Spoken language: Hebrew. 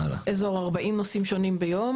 אזור 40 נושאים שונים ביום.